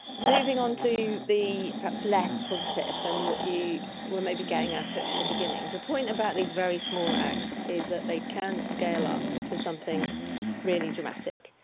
moving on to the perhaps less positive and what you were maybe getting at at the beginning, the point about these very small acts is that they can scale up to something really dramatic,